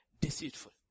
deceitful